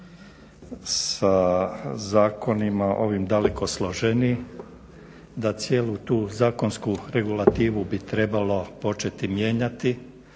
sa zakonima ovim daleko složeniji, da cijelu tu zakonsku regulativu bi trebalo početi mijenjati